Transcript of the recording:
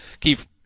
Keith